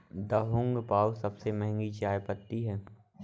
Da Hong Pao सबसे महंगी चाय पत्ती है